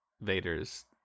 Vader's